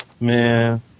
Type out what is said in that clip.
Man